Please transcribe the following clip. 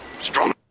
strong